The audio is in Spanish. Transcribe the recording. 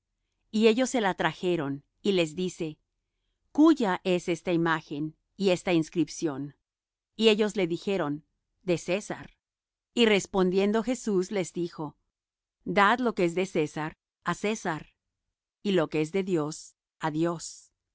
y ellos se la trajeron y les dice cúya es esta imagen y esta inscripción y ellos le dijeron de césar y respondiendo jesús les dijo dad lo que es de césar á césar y lo que es de dios á dios